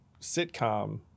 sitcom